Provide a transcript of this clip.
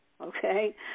Okay